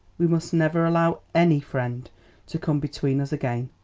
we must never allow any friend to come between us again.